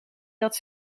dat